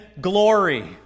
glory